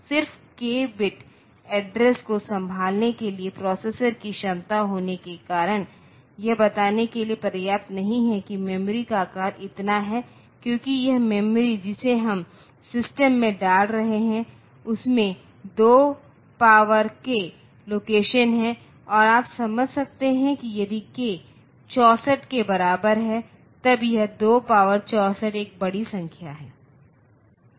सिर्फ k bit address को संभालने के लिए प्रोसेसर की क्षमता होने के कारण यह बताने के लिए पर्याप्त नहीं है कि मेमोरी का आकार इतना है क्योंकि यह मेमोरी जिसे हम सिस्टम में डाल रहे हैं उसमें 2 पावर k लोकेशन हैं और आप समझ सकते हैं कि यदि k 64 के बराबर है तब यह 2 पावर 64 एक बड़ी संख्या है